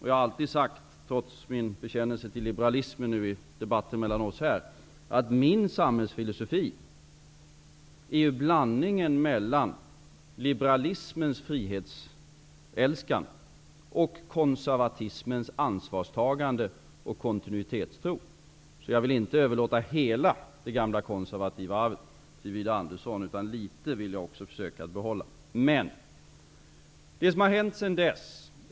Jag har alltid sagt, trots min bekännelse till liberalismen i debatten här, att min samhällsfilosofi är en blandning mellan liberalismens frihetsälskande och konservatismens ansvarstagande och tro på kontinuitet. Jag vill inte överlåta hela det gamla konservativa arvet till Widar Andersson. Litet vill jag få behålla själv. Vad har hänt?